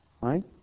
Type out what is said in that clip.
Right